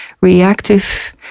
reactive